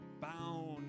bound